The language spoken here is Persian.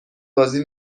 بازی